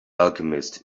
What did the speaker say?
alchemist